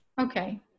Okay